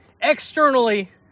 externally